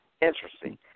Interesting